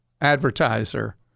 advertiser